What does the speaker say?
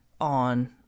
on